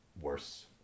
worse